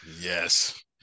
yes